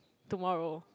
tomorrow